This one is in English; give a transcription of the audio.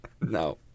No